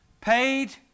paid